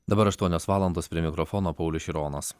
dabar aštuonios valandos prie mikrofono paulius šironas